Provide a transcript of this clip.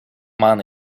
maan